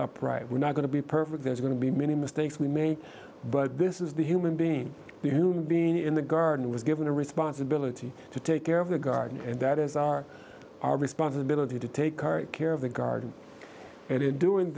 upright we're not going to be perfect there's going to be many mistakes we made but this is the human being the human being in the garden was given a responsibility to take care of the garden and that is our our responsibility to take care of the garden and in doing